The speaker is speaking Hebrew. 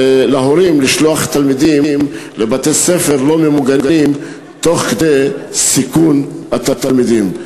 להורים לשלוח תלמידים לבתי-ספר לא ממוגנים תוך סיכון התלמידים.